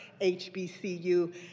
HBCU